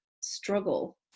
struggle